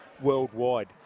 worldwide